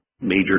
major